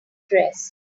dress